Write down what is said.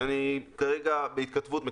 אני כרגע בהתכתבות בנושא,